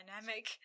dynamic